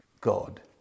God